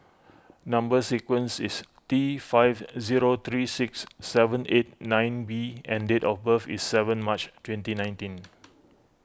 Number Sequence is T five zero three six seven eight nine B and date of birth is seven March twenty nineteen